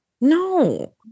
No